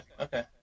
okay